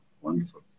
Wonderful